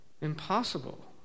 Impossible